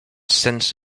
sense